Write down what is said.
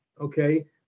okay